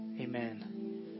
Amen